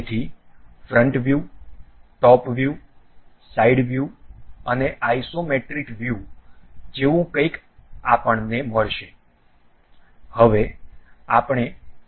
તેથી front view top view side view અને isometric view જેવું કંઈક અમને મળશે